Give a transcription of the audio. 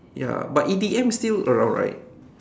ya but E_D_M still around right